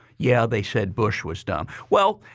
yeah, they said bush was dumb. well,